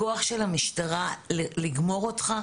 הכוח של המשטרה לגמור אותך,